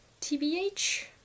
TBH